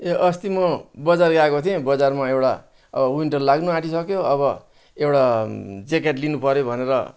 ए अस्ति म बजार गएको थिएँ बजारमा एउटा अब विन्टर लाग्न आँटिसक्यो अब एउटा ज्याकेट लिनुपर्यो भनेर